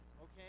Okay